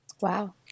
Wow